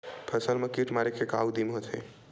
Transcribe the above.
फसल मा कीट मारे के का उदिम होथे?